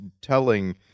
telling